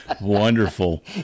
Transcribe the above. Wonderful